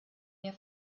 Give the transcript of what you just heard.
mehr